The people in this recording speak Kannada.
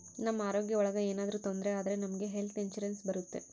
ನಮ್ ಆರೋಗ್ಯ ಒಳಗ ಏನಾದ್ರೂ ತೊಂದ್ರೆ ಆದ್ರೆ ನಮ್ಗೆ ಹೆಲ್ತ್ ಇನ್ಸೂರೆನ್ಸ್ ಬರುತ್ತೆ